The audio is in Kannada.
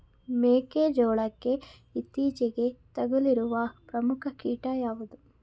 ಮೆಕ್ಕೆ ಜೋಳಕ್ಕೆ ಇತ್ತೀಚೆಗೆ ತಗುಲಿರುವ ಪ್ರಮುಖ ಕೀಟ ಯಾವುದು?